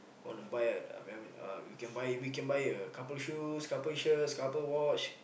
want to buy a uh uh we can buy we can buy a couple shoes couple shirts couple watch